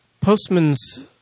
Postman's